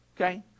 okay